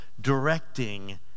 directing